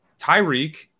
Tyreek